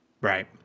Right